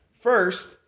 First